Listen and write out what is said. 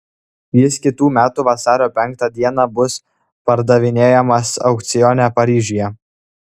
jis kitų metų vasario penktą dieną bus pardavinėjamas aukcione paryžiuje